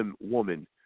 woman